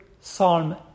Psalm